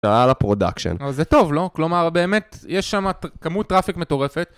על הפרודקשן. זה טוב, לא? כלומר, באמת, יש שם כמות טראפיק מטורפת.